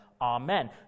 Amen